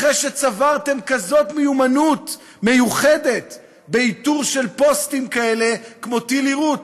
אחרי שצברתם כזאת מיומנות מיוחדת באיתור של פוסטים כאלה כמו טיל יירוט?